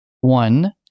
one